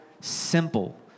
simple